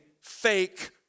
fake